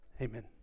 Amen